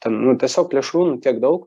ten nu tiesiog plėšrūnų tiek daug